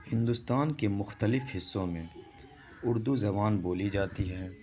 ہندوستان کے مختلف حصوں میں اردو زبان بولی جاتی ہے